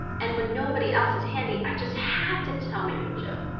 and when nobody else is handy i just have to tell mary joe.